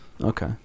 okay